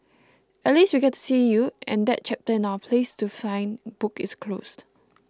at least we get to see you and that chapter in our 'places to find' book is closed